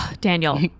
Daniel